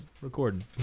recording